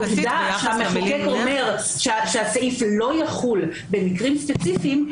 זה שהמחוקק אומר שהסעיף לא יחול במקרים ספציפיים,